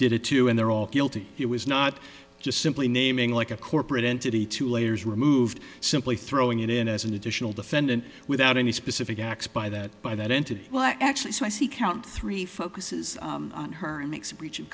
did it too and they're all guilty it was not just simply naming like a corporate entity two layers removed simply throwing it in as an additional defendant without any specific acts by that by that entity well actually so i see count three focuses on her and makes a breach of